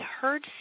heard